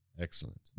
Excellent